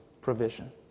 provision